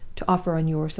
to offer on your side?